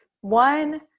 One